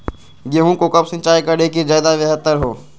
गेंहू को कब सिंचाई करे कि ज्यादा व्यहतर हो?